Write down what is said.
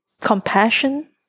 compassion